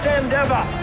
endeavor